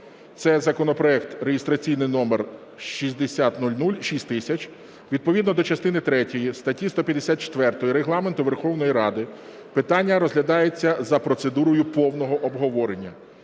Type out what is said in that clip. це законопроект реєстраційний номер 6000. Відповідно до частини третьої статті 154 Регламенту Верховної Ради питання розглядається за процедурою повного обговорення.